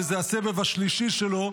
וזה הסבב השלישי שלו,